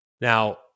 Now